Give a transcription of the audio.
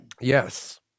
yes